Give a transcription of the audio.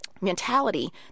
mentality